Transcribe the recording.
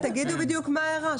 תגידו מה ההערה.